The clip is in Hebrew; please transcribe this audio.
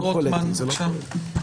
חבר הכנסת רוטמן, בבקשה.